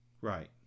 Right